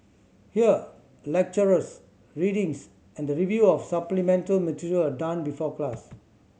here lectures readings and the review of supplemental material are done before class